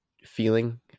feeling